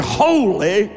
holy